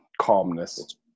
calmness